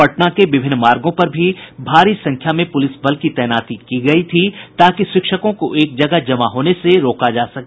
पटना के विभिन्न मार्गों पर भारी संख्या में पुलिस बल की तैनाती की गयी थी ताकि शिक्षकों को एक जगह जमा होने से रोका जा सके